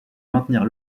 maintenir